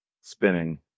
spinning